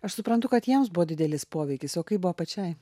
aš suprantu kad jiems buvo didelis poveikis o kaip buvo pačiai